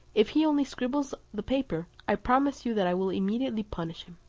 if he only scribbles the paper, i promise you that i will immediately punish him.